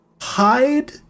hide